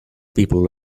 people